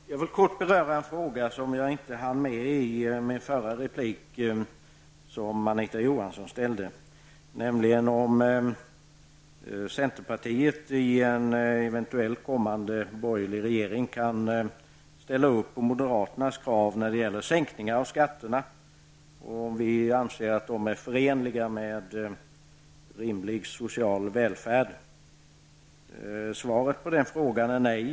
Herr talman! Jag vill kort beröra en fråga som Anita Johansson ställde och som jag inte hann med i min förra replik. Det gäller frågan om centerpartiet i en eventuell kommande borgerlig regering kan ställa upp på moderaternas krav när det gäller sänkningar av skatterna och om vi anser att de är förenliga med en rimlig social välfärd. Svaret på den frågan är nej.